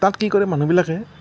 তাত কি কৰে মানুহবিলাকে